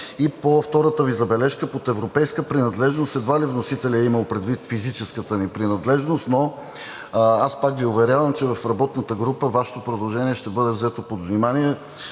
И по втората Ви забележка. Под „европейска принадлежност“ едва ли вносителят е имал предвид физическата ни принадлежност, но аз пак Ви уверявам, че в работната група Вашето предложение ще бъде взето под внимание,